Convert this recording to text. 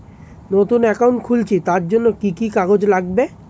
নতুন অ্যাকাউন্ট খুলছি তার জন্য কি কি কাগজ লাগবে?